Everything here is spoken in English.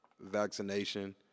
vaccination